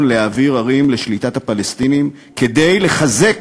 להעביר ערים לשליטת הפלסטינים כדי לחזק